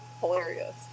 Hilarious